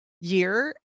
year